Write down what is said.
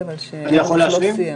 מדובר על חוקים שמתעסקים